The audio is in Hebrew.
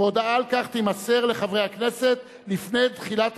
והודעה על כך תימסר לחברי הכנסת לפני תחילת